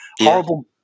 Horrible